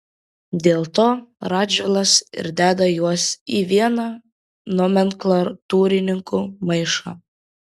dėl to radžvilas ir deda juos į vieną nomenklatūrininkų maišą